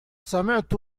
سمعت